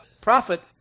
profit